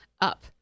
up